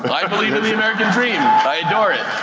but i believe in the american dream. i adore it.